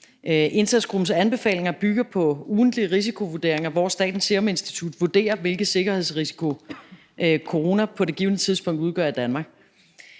Indsatsgruppens anbefalinger bygger på ugentlige risikovurderinger, hvor Statens Serum Institut vurderer, hvilken sikkerhedsrisiko corona på det givne tidspunkt udgør i Danmark.